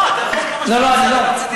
לא, אתה יכול כמה שאתה רוצה, רציתי לדעת.